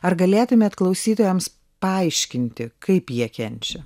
ar galėtumėt klausytojams paaiškinti kaip jie kenčia